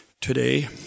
today